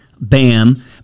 BAM